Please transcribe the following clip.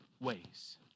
ways